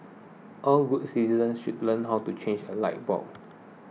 all good citizens should learn how to change a light bulb